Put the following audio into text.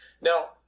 Now